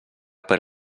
per